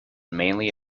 mainly